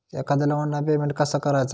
एखाद्याला online payment कसा करायचा?